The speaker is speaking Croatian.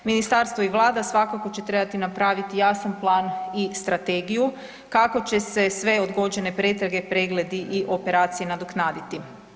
Ministarstvo i Vlada svakako će trebati napraviti jasan plan i strategiju kako će se sve odgođene pretrage, pregledi i operacije nadoknaditi.